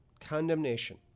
condemnation